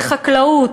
בחקלאות,